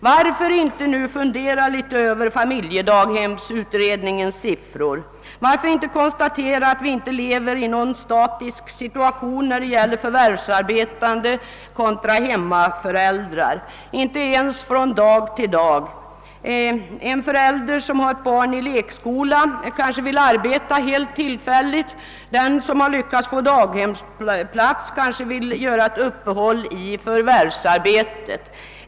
Varför inte nu fundera litet över familjedaghemsutredningens siffror och varför inte konstatera att vi inte har någon statisk situation då det gäller förvärvsarbetande och hemmaföräldrar, inte ens från dag till dag? En förälder som har ett barn i lekskola kanske vill arbeta helt tillfälligt, och den som lyckats få daghemsplats kanske vill göra ett uppehåll i förvärvsarbetet.